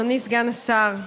אדוני סגן השר,